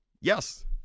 yes